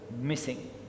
missing